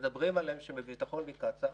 שמדברים עליהם שהם בביטחון מקצא"א